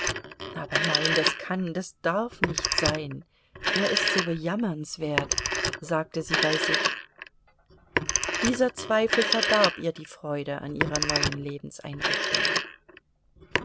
aber nein das kann das darf nicht sein er ist so bejammernswert sagte sie bei sich dieser zweifel verdarb ihr die freude an ihrer neuen